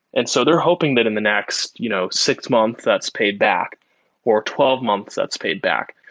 and so they're hoping that in the next you know six months that's paid back or twelve months that's paid back,